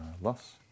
loss